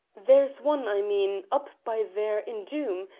there's one, i mean, up by there in doom,